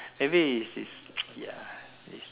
maybe he's he's ya he's